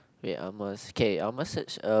ya I must okay I must search err